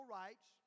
rights